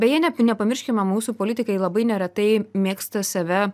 beje ne nepamirškime mūsų politikai labai neretai mėgsta save